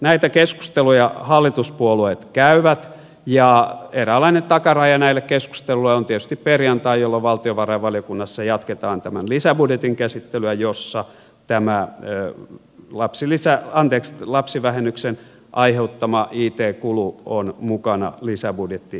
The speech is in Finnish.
näitä keskusteluja hallituspuolueet käyvät ja eräänlainen takaraja näille keskusteluille on tietysti perjantai jolloin valtiovarainvaliokunnassa jatketaan tämän lisäbudjetin käsittelyä jossa tämä lapsivähennyksen aiheuttama it kulu on mukana lisäbudjettiesityksenä